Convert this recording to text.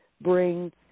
bring